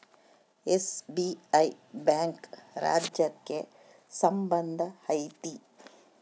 SBI bank ರಾಜ್ಯಕ್ಕೆ ಸಂಬಂಧ ಐತಿ